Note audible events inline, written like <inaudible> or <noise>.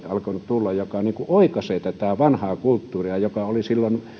<unintelligible> alkanut tulla ihan erinäköiset toleranssit jotka oikaisevat vanhaa kulttuuria joka oli silloin